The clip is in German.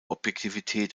objektivität